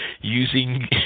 using